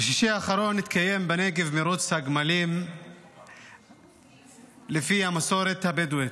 בשישי האחרון התקיים בנגב מרוץ הגמלים לפי המסורת הבדואית.